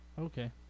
Okay